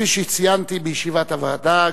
כפי שציינתי בישיבת הוועדה,